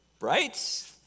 right